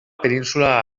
península